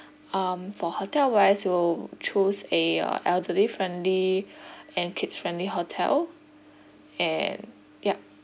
um for hotel wise we will choose a uh elderly friendly and kids friendly hotel and yup